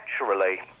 naturally